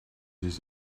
his